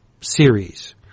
series